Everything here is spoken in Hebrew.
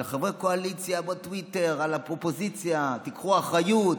חברי קואליציה בטוויטר על האופוזיציה: תיקחו אחריות,